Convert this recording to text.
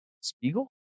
Spiegel